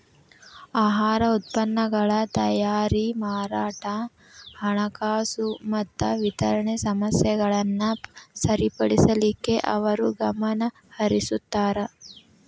ಆಹಾರ ಉತ್ಪನ್ನಗಳ ತಯಾರಿ ಮಾರಾಟ ಹಣಕಾಸು ಮತ್ತ ವಿತರಣೆ ಸಮಸ್ಯೆಗಳನ್ನ ಸರಿಪಡಿಸಲಿಕ್ಕೆ ಅವರು ಗಮನಹರಿಸುತ್ತಾರ